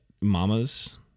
Mamas